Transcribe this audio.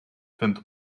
vindt